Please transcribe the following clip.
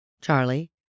Charlie